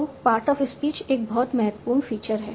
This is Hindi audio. तो पार्ट ऑफ स्पीच एक बहुत महत्वपूर्ण फीचर है